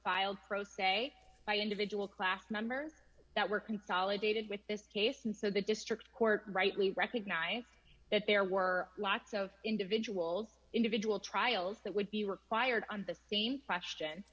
filed pro se by individual class members that were consolidated with this case and so the district court rightly recognized that there were lots of individuals individual trials that would be required on the same question